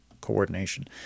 coordination